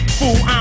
fool